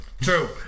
True